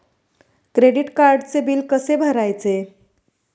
Credit कार्डचे bill कसे भरायचे?